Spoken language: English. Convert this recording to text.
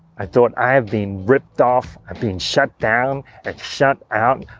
i thought, i've been ripped off i've been shut down and shut out,